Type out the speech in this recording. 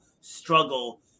struggle